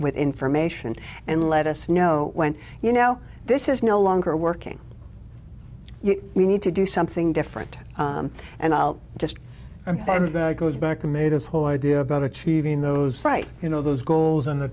with information and let us know when you know this is no longer working we need to do something different and i'll just goes back to may this whole idea go to achieving those right you know those goals and th